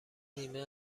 نیمه